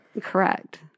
Correct